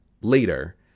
later